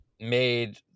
made